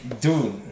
dude